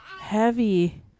heavy